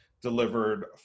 delivered